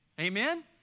Amen